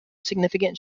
significant